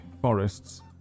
forests